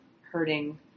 hurting